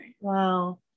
wow